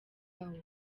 aho